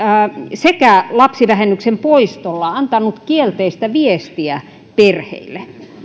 sekä lapsivähennyksen poistolla kielteistä viestiä perheille